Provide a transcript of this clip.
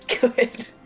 Good